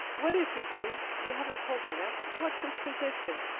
what is he, please? you haven't told me that. what's his position?